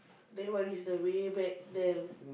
then what is the way back then